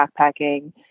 backpacking